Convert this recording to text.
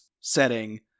setting